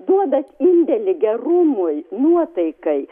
duoda indėlį gerumui nuotaikai